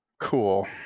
Cool